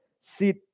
sit